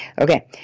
Okay